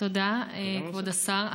תודה, כבוד השר.